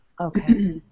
Okay